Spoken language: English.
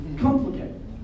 complicated